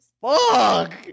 Fuck